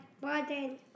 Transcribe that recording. button